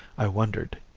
i wondered.